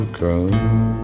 come